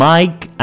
Mike